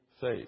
faith